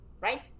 right